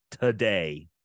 today